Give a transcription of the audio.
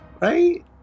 right